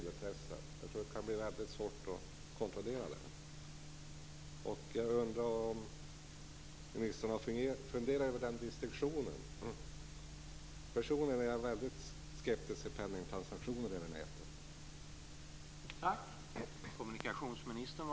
Jag tror att det kan bli svårt att kontrollera. Jag undrar om ministern har funderat över den distinktionen. Personligen är jag väldigt skeptisk till penningtransaktioner över nätet.